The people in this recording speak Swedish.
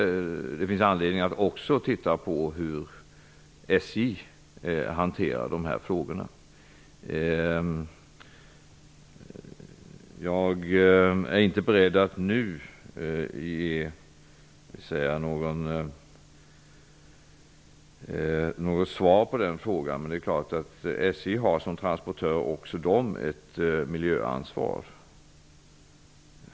Det finns anledning att också se närmare på hur SJ hanterar dessa frågor. Jag är inte beredd att nu ge något svar på frågan, men det är självklart att SJ som transportör också har ett miljöansvar.